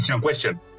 Question